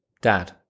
Dad